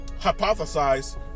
hypothesize